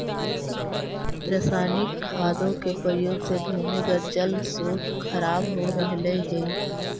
रसायनिक खादों के प्रयोग से भूमिगत जल स्रोत खराब हो रहलइ हे